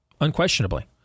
unquestionably